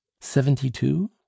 Seventy-two